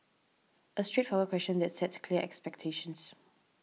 a straightforward question that sets clear expectations